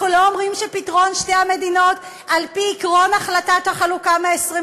אנחנו לא אומרים שפתרון שתי המדינות על-פי עקרון החלטת החלוקה מ-29